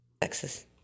Texas